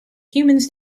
humans